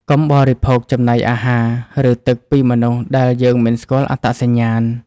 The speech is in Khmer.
កុំបរិភោគចំណីអាហារ ឬទឹកពីមនុស្សដែលយើងមិនស្គាល់អត្តសញ្ញាណ។